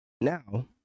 Now